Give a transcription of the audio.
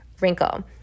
wrinkle